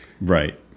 Right